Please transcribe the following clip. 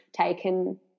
taken